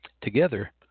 together